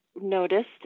Noticed